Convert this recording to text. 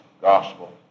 gospel